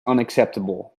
unacceptable